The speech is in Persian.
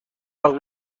عقل